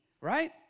right